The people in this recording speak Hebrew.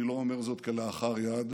אני לא אומר זאת כלאחר יד,